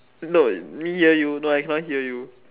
no me hear you no I cannot hear you